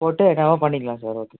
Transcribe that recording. போட்டு என்ன வேணாலும் பண்ணிக்கலாம் சார் ஓகே